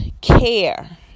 care